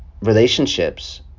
relationships